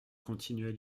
continuaient